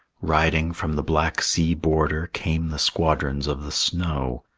riding from the black sea border, came the squadrons of the snow.